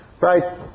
Right